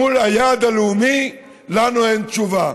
מול היעד הלאומי לנו אין תשובה.